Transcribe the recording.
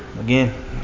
Again